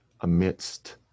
amidst